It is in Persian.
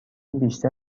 بیشتر